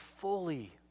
fully